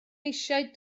eisiau